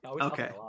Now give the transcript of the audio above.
Okay